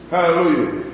Hallelujah